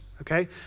okay